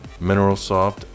MineralSoft